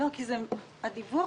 מה זה "מסדירים"?